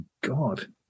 god